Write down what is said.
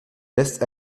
lässt